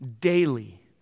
daily